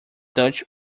dutch